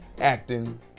acting